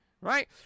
right